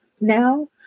now